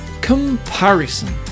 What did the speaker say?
Comparison